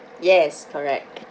yes correct